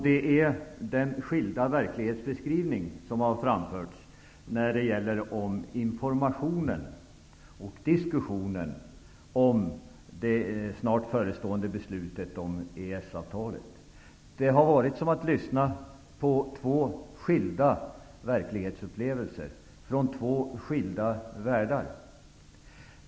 Det är de skilda verklighetsbeskrivningar som gjorts när det gäller informationen och diskussionen om de snart förestående beslutet om EES-avtalet. Det har varit som att ta del av två skilda verklighetupplevelser från två skilda världar.